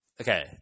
Okay